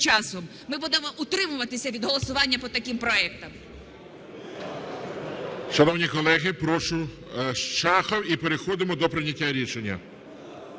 Ми будемо утримуватися від голосування по таким проектам. ГОЛОВУЮЧИЙ. Шановні колеги, прошу, Шахов. І переходимо до прийняття рішення.